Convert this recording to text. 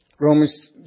Romans